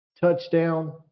touchdown